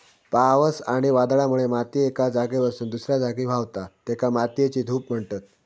पावस आणि वादळामुळे माती एका जागेवरसून दुसऱ्या जागी व्हावता, तेका मातयेची धूप म्हणतत